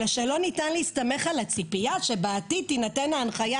אלא שלא ניתן להסתמך על הצפייה שבעתיד תינתן ההנחיה